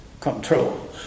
control